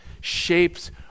shapes